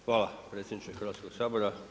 Hvala predsjedniče Hrvatskog sabora.